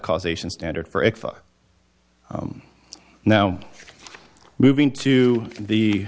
causation standard for it now moving to the